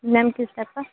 ma'am किस type का